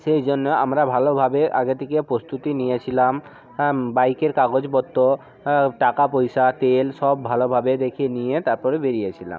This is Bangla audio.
সেইজন্য আমরা ভালোভাবে আগে থেকে প্রস্তুতি নিয়েছিলাম হ্যাঁ বাইকের কাগজপত্র টাকা পয়সা তেল সব ভালোভাবে দেখে নিয়ে তারপরে বেরিয়েছিলাম